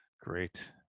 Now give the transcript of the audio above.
Great